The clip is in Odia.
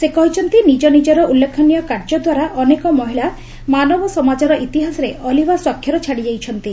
ସେ କହିଛନ୍ତି ନିଜ ନିଜର ଉଲ୍ଲେଖନୀୟ କାର୍ଯ୍ୟଦ୍ୱାରା ଅନେକ ମହିଳା ମାନବ ସମାଜର ଇତିହାସରେ ଅଲିଭା ସ୍ୱାକ୍ଷର ଛାଡ଼ିଯାଇଛନ୍ତି